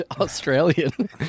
Australian